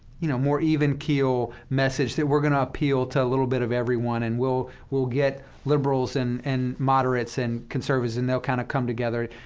you know, more even-keel message that we're going to appeal to a little bit of everyone, and we'll we'll get liberals and and moderates and conservatives, and they'll kind of come together.